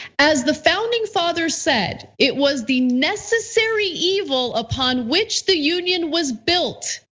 as the founding fathers said, it was the necessary evil upon which the union was built